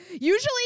Usually